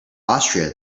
austria